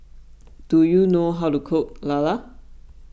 do you know how to cook Lala